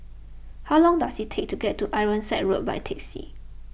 how long does it take to get to Ironside Road by taxi